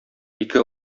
ике